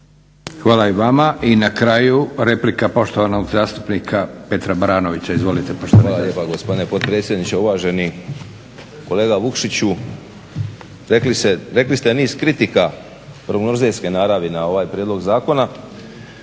Hvala i vama. I na kraju replika poštovanog zastupnika Petra Baranovića. Izvolite poštovani predsjedniče. **Baranović, Petar (HNS)** Hvala lijepa gospodine potpredsjedniče, uvaženi kolega Vukšiću. Rekli ste niz kritika prognozerske naravi na ovaj prijedlog zakona.